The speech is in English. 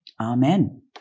Amen